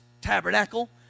tabernacle